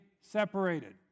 separated